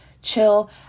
chill